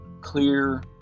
clear